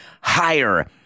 higher